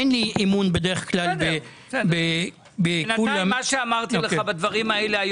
אין לי אמון בדרך כלל- -- בינתיים מה שאמרתי לך בדברים האלה,